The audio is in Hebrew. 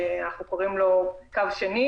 שאנחנו קוראים לו "קו שני",